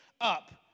up